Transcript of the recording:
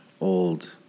old